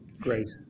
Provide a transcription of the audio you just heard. Great